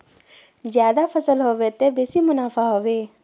ज्यादा फसल ह बे त बेसी मुनाफाओ ह बे